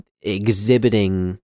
exhibiting